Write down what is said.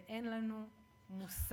ואין לנו מושג